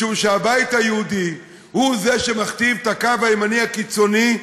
משום שהבית היהודי הוא זה שמכתיב את הקו הימני הקיצוני,